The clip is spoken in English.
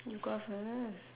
you go first